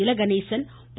இல கணேசன் பா